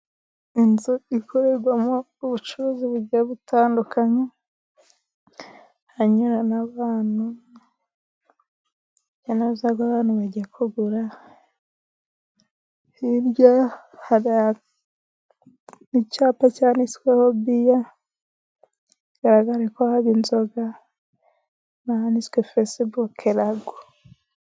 Inzu ikorerwamo ubucuruzi bugiye butandukanye, hanyura n'abantu, urujya n'uruza rw'abantu bagiye kugura, hirya hari icyapa cyanditsweho biya, bigaragare ko haba inzoga, n'ahanditswe fesibuke ragu.